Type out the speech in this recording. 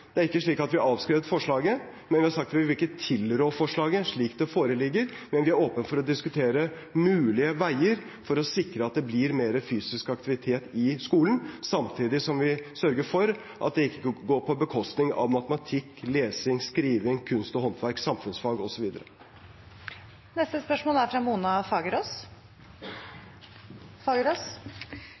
det er ikke slik at vi har avskrevet forslaget. Vi har sagt at vi ikke vil tilrå forslaget slik det foreligger, men vi er åpne for å diskutere mulige veier for å sikre at det blir mer fysisk aktivitet i skolen, samtidig som vi sørger for at det ikke går på bekostning av matematikk, lesing, skriving, kunst og håndverk, samfunnsfag osv. Mona Fagerås – til oppfølgingsspørsmål. Det er